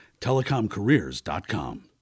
TelecomCareers.com